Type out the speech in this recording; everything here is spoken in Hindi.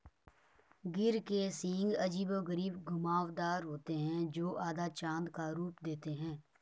गिर के सींग अजीबोगरीब घुमावदार होते हैं, जो आधा चाँद का रूप देते हैं